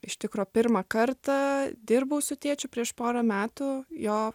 iš tikro pirmą kartą dirbau su tėčiu prieš porą metų jo